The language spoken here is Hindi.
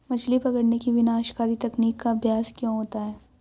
मछली पकड़ने की विनाशकारी तकनीक का अभ्यास क्यों होता है?